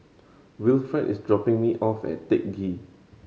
Wilfred is dropping me off at Teck Ghee